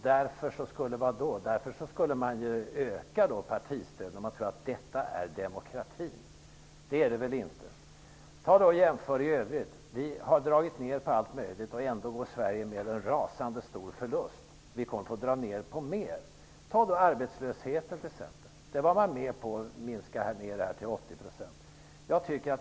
Partistödet borde ju öka om man tror att detta är demokratin. Det är det väl inte. Jämför med hur det är i övrigt! Vi har dragit ner på allt möjligt, och ändå går Sverige med en rasande stor förlust. Vi kommer att få dra ner på mera. Ta arbetslösheten! Man gick med på att sänka ersättningen till 80 %.